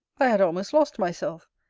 i had almost lost myself,